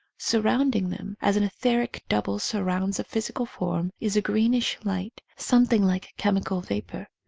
surrounding them, as an etheric double surrounds a physical form, is a greenish light, something like chemi cal vapour.